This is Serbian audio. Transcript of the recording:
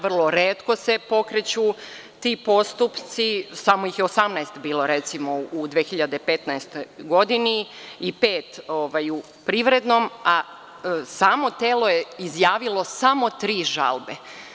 Vrlo retko se pokreću ti postupci, recimo, samo ih je 18 bilo u 2015. godini i pet u privrednom, a samo telo je izjavilo samo tri žalbe.